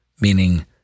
meaning